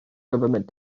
government